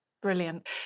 Brilliant